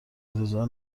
انتظار